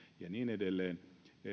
ja niin edelleen